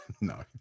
no